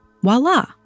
voila